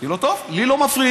אמרתי לו: טוב, לי לא מפריעים.